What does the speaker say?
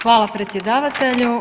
Hvala predsjedavatelju.